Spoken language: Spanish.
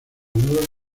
nueva